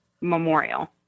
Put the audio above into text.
memorial